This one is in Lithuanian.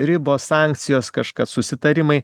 ribos sankcijos kažkas susitarimai